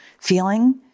feeling